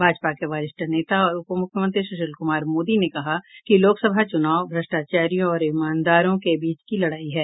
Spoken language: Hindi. भाजपा के वरिष्ठ नेता और उपमुख्यमंत्री स्शील कुमार मोदी ने कहा कि लोकसभा चूनाव भ्रष्टाचारियों और ईमानदारों के बीच की लड़ाई है